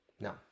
No